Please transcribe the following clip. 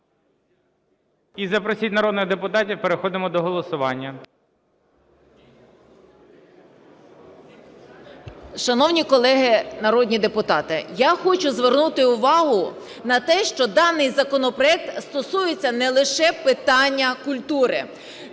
І запросіть народних депутатів, переходимо до голосування. 11:40:37 КОНСТАНКЕВИЧ І.М. Шановні колеги народні депутати, я хочу звернути увагу на те, що даний законопроект стосується не лише питання культури.